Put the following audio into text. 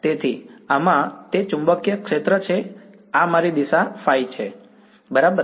તેથી આમાં તે ચુંબકીય ક્ષેત્ર છે આ મારી ϕˆદિશા છે બરાબર